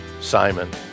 Simon